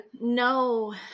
No